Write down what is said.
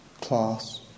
class